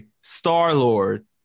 Star-Lord